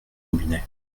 robinet